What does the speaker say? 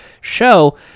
show